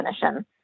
definition